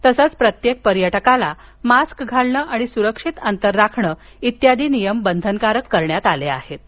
तसंच प्रत्येक पर्यटकाला मास्क घालण सुरक्षित अंतर राखणं आदी नियम बंधनकारक असतील